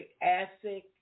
acid